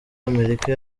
amerika